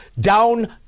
down